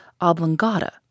oblongata